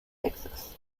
texas